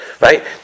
Right